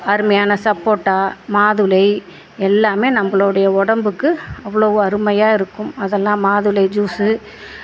அருமையான சப்போட்டா மாதுளை எல்லாமே நம்பளுடைய உடம்புக்கு அவ்வளோ அருமையாக இருக்கும் அதெல்லாம் மாதுளை ஜூஸு